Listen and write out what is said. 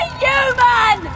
human